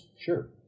sure